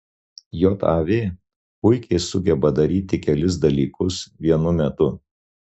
jav puikiai sugeba daryti kelis dalykus vienu metu